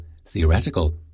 theoretical